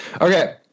Okay